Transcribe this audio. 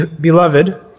Beloved